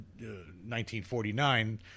1949